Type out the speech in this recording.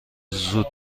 زود